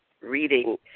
reading